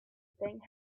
thing